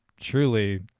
truly